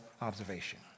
observation